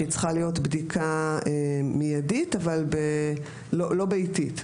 שהיא צריכה להיות בדיקה מיידית אבל לא ביתית,